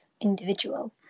individual